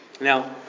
Now